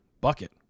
Bucket